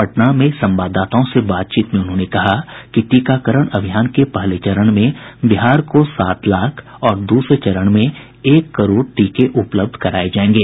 पटना में संवाददाताओं से बातचीत में उन्होंने कहा कि टीकाकरण अभियान के पहले चरण में बिहार को सात लाख और दूसरे चरण में एक करोड़ टीके उपलब्ध कराए जाएंगे